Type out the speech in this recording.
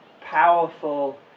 powerful